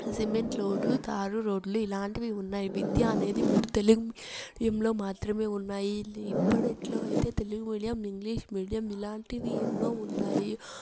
cement రోడ్లు తారు రోడ్లు ఇలాంటివి ఉన్నాయి విద్య అనేది ముందు తెలుగు మీడియం లో మాత్రమే ఉన్నాయి ఇప్పటిలో అయితే తెలుగు మీడియం ఇంగ్లీష్ మీడియం ఇలాంటివి ఎన్నో ఉన్నాయి